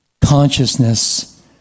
consciousness